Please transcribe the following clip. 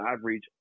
average